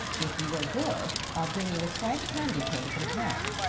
if you are good i'll bring you a striped candy cane from town.